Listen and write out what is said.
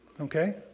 Okay